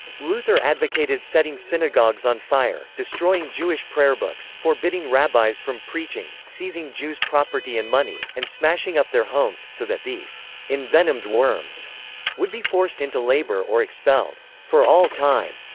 luther advocated setting synagogues on fire, destroying jewish prayerbooks, forbidding rabbis from preaching, seizing jews' property and money, and smashing up their homes, so that these envenomed worms would be forced into labour or expelled for all time.